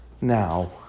Now